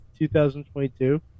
2022